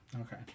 Okay